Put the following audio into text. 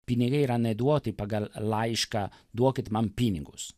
pinigai yra ne duoti pagal laišką duokit man pinigus